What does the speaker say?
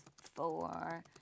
four